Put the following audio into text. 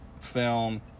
film